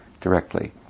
Directly